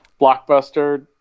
blockbuster